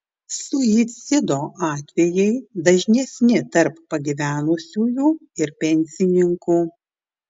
suicido atvejai dažnesni tarp pagyvenusiųjų ir pensininkų